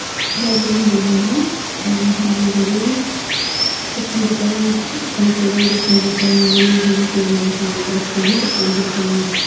दार्जिलिङ जिल्लामा हामी धेरै different different cultural different different रिलिजनको मान्छेहरू बस्छ है डिफ्रेन्ट डिफ्रेन्ट